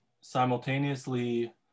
simultaneously